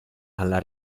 alla